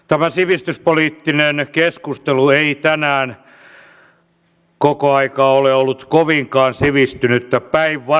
tämä sivistyspoliittinen keskustelu ei tänään koko aikaa ole ollut kovinkaan sivistynyttä päinvastoin